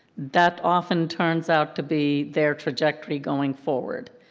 that often turns out to be their trajectory going forward.